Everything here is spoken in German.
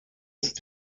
ist